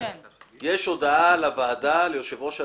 יש הודעה לוועדה, ליושב ראש הוועדה,